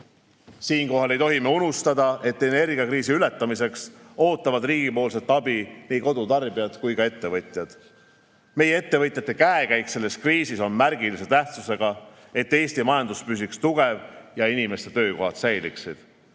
Siinkohal ei tohi me unustada, et energiakriisi ületamiseks ootavad riigi abi nii kodutarbijad kui ka ettevõtjad. Meie ettevõtjate käekäik selles kriisis on märgilise tähtsusega, et Eesti majandus püsiks tugev ja inimeste töökohad säiliksid.Me